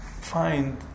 find